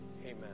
Amen